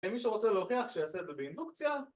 ומי שרוצה להוכיח שיעשה את זה באינדוקציה